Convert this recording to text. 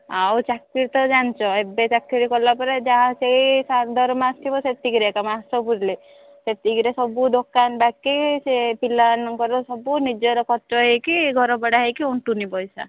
ଆଉ ଚାକିରି ତ ଜାଣିଛ ଏବେ ଚାକିରି କଲା ପରେ ଯାହା ସେଇ ଦରମା ଆସିଥିବ ସେତିକିରେ କା ମାସ ପୁରିଲେ ସେତିକରେ ସବୁ ଦୋକାନ ବାକି ସେ ପିଲାମାନଙ୍କର ସବୁ ନିଜର ଖର୍ଚ୍ଚ ହେଇକି ଘର ଭଡ଼ା ହେଇକି ଅଣ୍ଟୁନି ପଇସା